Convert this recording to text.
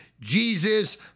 Jesus